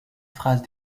phrase